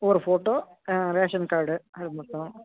ஒரு photo ration card அது மட்டும்